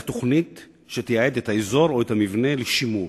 תוכנית שתייעד את האזור או את המבנה לשימור.